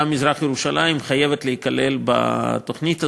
מזרח-ירושלים חייבת להיכלל בתוכנית הזאת,